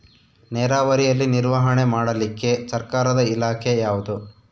ನೇರಾವರಿಯಲ್ಲಿ ನಿರ್ವಹಣೆ ಮಾಡಲಿಕ್ಕೆ ಸರ್ಕಾರದ ಇಲಾಖೆ ಯಾವುದು?